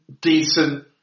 decent